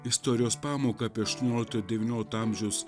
istorijos pamoką apie aštuoniolikto ir devyniolikto amžiaus